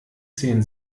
zehn